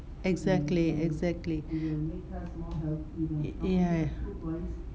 exactly exactly ya